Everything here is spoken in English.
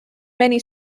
many